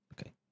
Okay